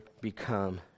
become